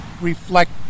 reflect